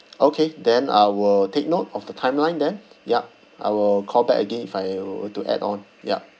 okay then I will take note of the timeline then yup I will call back again if I were to add on yup